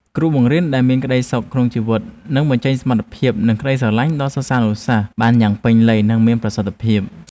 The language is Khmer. គ្រូបង្រៀនដែលមានក្តីសុខក្នុងជីវិតនឹងបញ្ចេញសមត្ថភាពនិងក្តីស្រឡាញ់ដល់សិស្សានុសិស្សបានយ៉ាងពេញលេញនិងមានប្រសិទ្ធភាព។